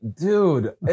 Dude